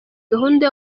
gahunda